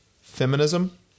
feminism